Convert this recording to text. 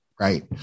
Right